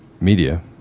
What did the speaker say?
media